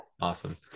Awesome